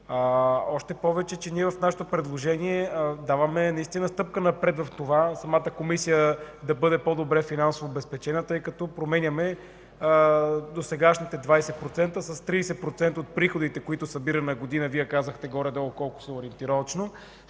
Още повече че ние в нашето предложение даваме наистина стъпка напред в това самата Комисия да бъде по-добре финансово обезпечена, тъй като променяме досегашните 20% с 30% от приходите, които събира на година – Вие казахте долу-горе колко са ориентировъчно,